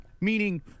meaning